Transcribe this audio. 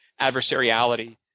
adversariality